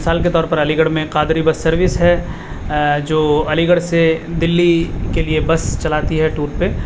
مثال کے طور پر علی گڑھ میں قادری بس سروس ہے جو علی گڑھ سے دلی کے لیے بس چلاتی ہے ٹور پہ